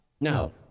No